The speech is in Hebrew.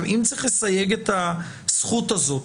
אם צריך לסייג את הזכות הזאת